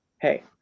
Hey